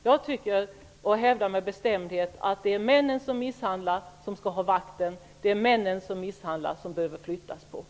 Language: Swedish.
Jag hävdar med bestämdhet att det är mannen som misshandlar som skall ha vakt och som skall flytta på sig.